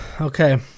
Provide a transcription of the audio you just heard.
Okay